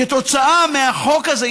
כתוצאה מהחוק הזה,